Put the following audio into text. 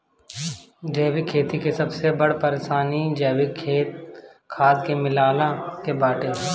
जैविक खेती के सबसे बड़ परेशानी जैविक खाद के मिलला के बाटे